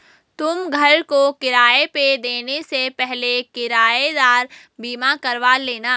तुम घर को किराए पे देने से पहले किरायेदार बीमा करवा लेना